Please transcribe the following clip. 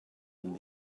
and